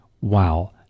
Wow